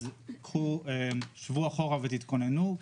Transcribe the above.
שבו אחורה ותתכוננו,